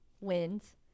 wins